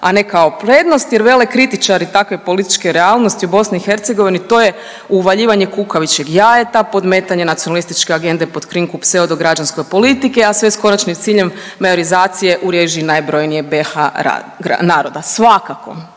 a ne kao prednost. Jer vele kritičari takve političke realnosti u BiH to je uvaljivanje kukavičjeg jajeta, podmetanje nacionalističke agende pod krinku pseudo-građanske politike, a sve s konačnim ciljem majorizacije u režiji najbrojnijeg BiH naroda. Svakako